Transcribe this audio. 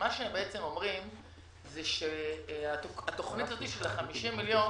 מה שהם אומרים זה שהתוכנית הזו של ה-50 מיליון